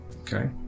Okay